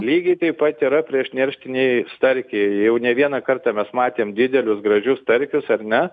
lygiai taip pat yra priešnerštiniai starkiai jau ne vieną kartą mes matėm didelius gražius starkius ar ne